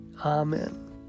Amen